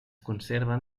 conserven